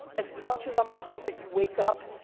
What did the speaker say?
as much as i'm pumped that you wake up,